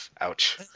Ouch